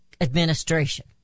administration